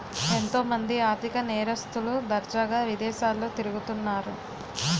ఎంతో మంది ఆర్ధిక నేరస్తులు దర్జాగా విదేశాల్లో తిరుగుతన్నారు